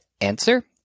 answer